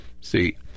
see